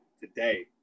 today